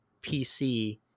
PC